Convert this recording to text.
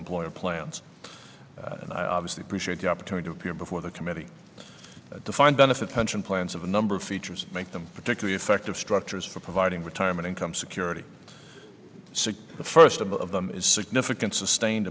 employer plans and i obviously appreciate the opportunity to appear before the committee a defined benefit pension plans of a number of features make them particularly effective structures for providing retirement income security sic the first of all of them is significant sustained